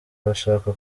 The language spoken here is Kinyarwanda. bashaka